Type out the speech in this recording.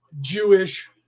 Jewish